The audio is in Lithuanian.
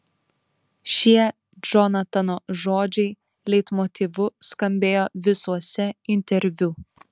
šie džonatano žodžiai leitmotyvu skambėjo visuose interviu